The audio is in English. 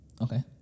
Okay